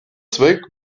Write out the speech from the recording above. zweck